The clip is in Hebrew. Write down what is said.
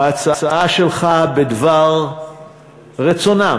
ההצעה שלך בדבר רצונם